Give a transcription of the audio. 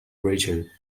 region